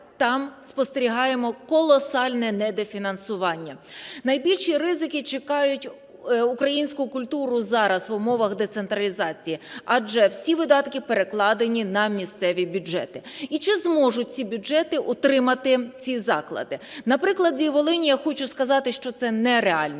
там спостерігаємо колосальне недофінансування. Найбільші ризики чекають українську культуру зараз в умовах децентралізації, адже всі видатки перекладені на місцеві бюджети. І чи зможуть ці бюджети утримувати ці заклади? На прикладі Волині я хочу сказати, що це нереально.